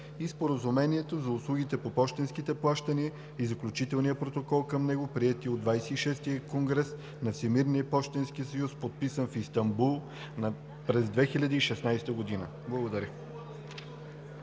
и Споразумението за услугите по пощенските плащания и Заключителния протокол към него, приети от ХХVІ конгрес на Всемирния пощенски съюз, подписан в Истанбул през 2016 г.“